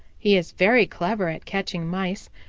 he is very clever at catching mice,